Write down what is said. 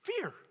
fear